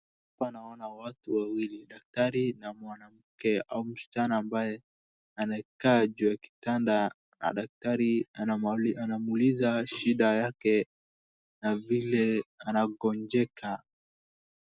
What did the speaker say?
Hapa naona watu wawili daktari na mwanamke au msichana ambaye amekaa juu ya kitanda na daktari anamuuliza shida yake na vile anagonjeka.